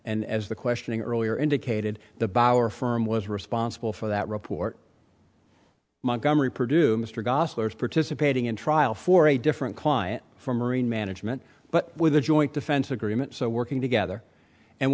and as the questioning earlier indicated the bauer firm was responsible for that report montgomery producer mr goslar is participating in trial for a different client for marine management but with a joint defense agreement so working together and